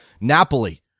Napoli